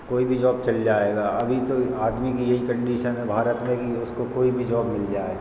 कोई भी जॉब चल जाएगा अभी तो आदमी के यही कंडिशन है भारत में कि उसको कोई भी जॉब मिल जाए